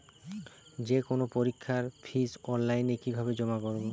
যে কোনো পরীক্ষার ফিস অনলাইনে কিভাবে জমা করব?